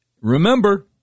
Remember